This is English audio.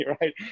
right